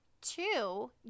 Two